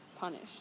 punished